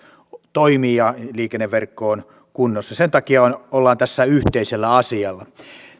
toimii ja liikenneverkko on kunnossa sen takia ollaan tässä yhteisellä asialla